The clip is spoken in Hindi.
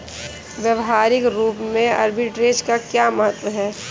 व्यवहारिक रूप में आर्बिट्रेज का क्या महत्व है?